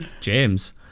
James